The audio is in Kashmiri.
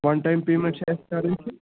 وَن ٹایم پیمٮ۪نٛٹ چھِ اَسہِ کَرٕنۍ